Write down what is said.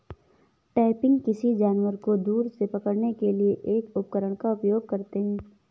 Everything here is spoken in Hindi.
ट्रैपिंग, किसी जानवर को दूर से पकड़ने के लिए एक उपकरण का उपयोग है